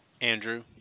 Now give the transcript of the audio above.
Andrew